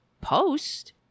post